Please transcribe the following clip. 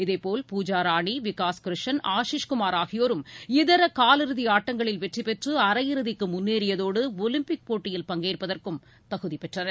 இதேபோல் பூஜா ராணி விகாஸ் க்ரிஷன் ஆசிஷ் குமார் ஆகியோரும் இதர காலிறுதி ஆட்டங்களில் வெற்றிபெற்று அரையிறுதிக்கு முன்னேறியதோடு ஒலிம்பிக் போட்டியில் பங்கேற்பதற்கும் தகுதி பெற்றனர்